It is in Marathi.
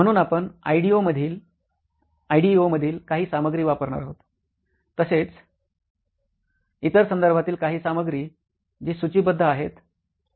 म्हणून आपण आयडीईओमधील काही सामग्री वापरणार आहोत तसेच इतर संदर्भातील काही सामग्री जी सूचीबद्ध आहेत